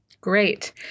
Great